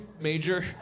major